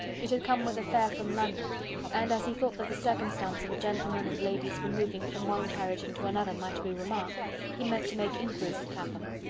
it had come with a fare from london and as he thought that the circumstance of a gentleman and lady's removing from one carriage into another might be remarked he meant to make inquiries at clapham.